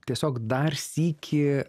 tiesiog dar sykį